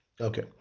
Okay